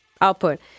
output